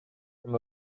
from